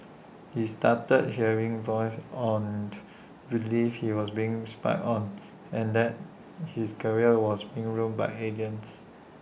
he started hearing voices on believed he was being read spied on and that his career was being ruined by aliens